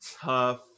tough